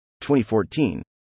2014